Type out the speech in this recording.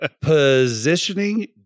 positioning